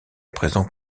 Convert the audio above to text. présent